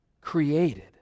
Created